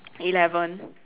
eleven